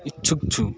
इच्छुक छु